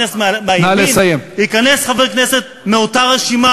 כנסת שיסכימו שאסור שייעשה אותו מעשה בכנסת